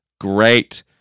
great